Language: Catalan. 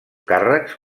càrrecs